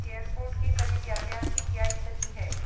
airport के करीब यातायात की क्या स्थिति है